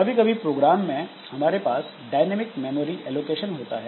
कभी कभी प्रोग्राम में हमारे पास डायनेमिक मेमोरी एलोकेशन होता है